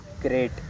great